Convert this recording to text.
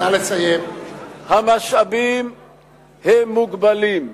המשאבים הם מוגבלים,